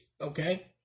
okay